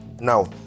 now